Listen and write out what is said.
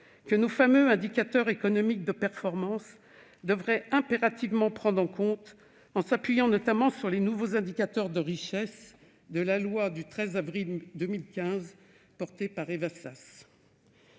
que nos fameux indicateurs économiques de performance devraient impérativement prendre en compte, en s'appuyant sur les nouveaux indicateurs de richesse introduits par la loi du 13 avril 2015 issue